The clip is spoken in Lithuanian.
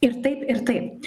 ir taip ir taip